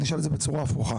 אני אשאל את זה בצורה הפוכה.